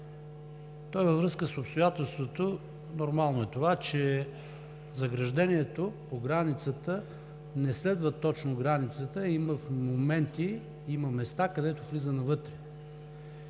Той е във връзка с обстоятелството, нормално е това, че заграждението по границата не следва точно границата, а има моменти, има места, където влизаме вътре.